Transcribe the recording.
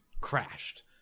crashed